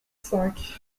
cinq